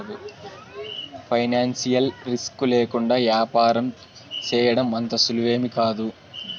financial risk లేకుండా యాపారం సేయడం అంత సులువేమీకాదు